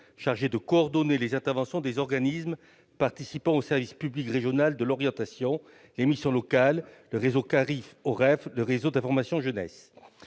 chargé de coordonner les interventions des organismes participant au service public régional de l'orientation, à savoir les missions locales, le réseau CARIF-OREF, le réseau information jeunesse